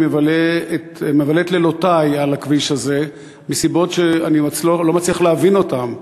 אני מבלה את לילותי על הכביש הזה מסיבות שאני לא מצליח להבין אותן.